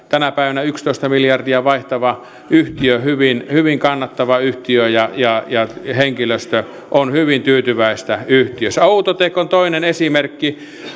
tänä päivänä yksitoista miljardia vaihtava yhtiö hyvin hyvin kannattava yhtiö ja ja henkilöstö on hyvin tyytyväistä yhtiössä outotec on toinen esimerkki